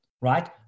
right